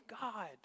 God